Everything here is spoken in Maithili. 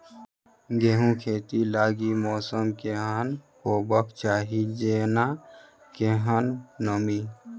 गेंहूँ खेती लागि मौसम केहन हेबाक चाहि जेना केहन नमी?